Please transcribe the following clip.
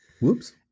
Whoops